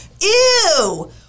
Ew